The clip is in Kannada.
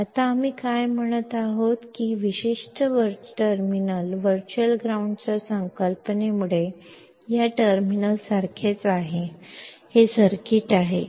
ಈಗ ನಾವು ಹೇಳುತ್ತಿರುವುದು ವರ್ಚುವಲ್ ಗ್ರೌಂಡ್ ಪರಿಕಲ್ಪನೆಯಿಂದಾಗಿ ಈ ನಿರ್ದಿಷ್ಟ ಟರ್ಮಿನಲ್ ಈ ಟರ್ಮಿನಲ್ ಅನ್ನು ಹೋಲುತ್ತದೆ ಸರ್ಕ್ಯೂಟ್ ಇದನ್ನೇ